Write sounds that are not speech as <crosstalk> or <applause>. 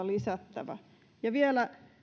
<unintelligible> lisättävä rahoitusta vielä